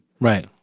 Right